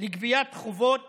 לגביית חובות